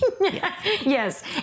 Yes